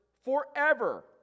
forever